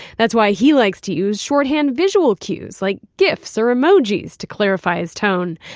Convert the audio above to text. that's why he likes to use shorthand visual cues like gifs or emoji to clarify his tone.